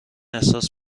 احساس